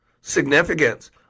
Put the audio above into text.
Significance